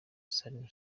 salim